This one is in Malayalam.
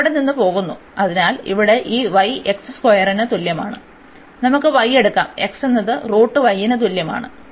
അത് ഇവിടെ നിന്ന് പോകുന്നു അതിനാൽ ഇവിടെ ഈ y x സ്ക്വയറിന് തുല്യമാണ് നമുക്ക് y എടുക്കാം x എന്നത്ന് തുല്യമാണ്